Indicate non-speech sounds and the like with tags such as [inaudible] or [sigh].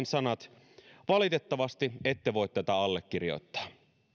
[unintelligible] sanat valitettavasti ette voi tätä allekirjoittaa